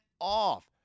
off